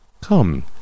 Come